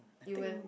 you and